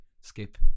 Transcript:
skip